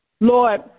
Lord